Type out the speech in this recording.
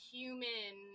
human